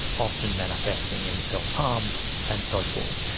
often manifesting in self-harm and so forth,